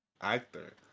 Actor